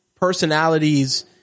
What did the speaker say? personalities